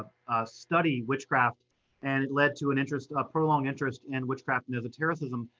study witchcraft and it led to an interest, a prolonged interest in witchcraft and esotericism,